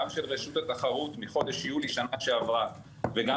גם של רשות התחרות מחודש יולי בשנה שעברה וגם